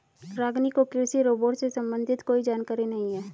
रागिनी को कृषि रोबोट से संबंधित कोई जानकारी नहीं है